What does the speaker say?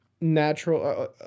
natural